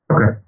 Okay